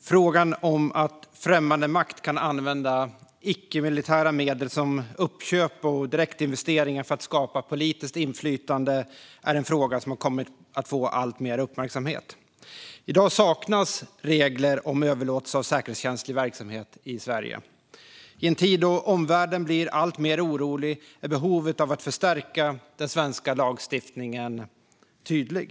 Frågan om att främmande makt kan använda icke-militära medel som uppköp och direktinvesteringar för att skapa politiskt inflytande har kommit att få alltmer uppmärksamhet. I dag saknas regler om överlåtelser av säkerhetskänslig verksamhet i Sverige. I en tid då omvärlden blir alltmer orolig är behovet av att förstärka den svenska lagstiftningen tydligt.